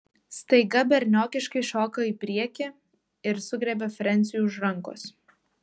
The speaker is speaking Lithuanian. staiga berniokiškai šoko į priekį ir sugriebė frensiui už rankos